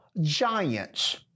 giants